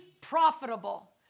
profitable